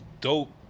dope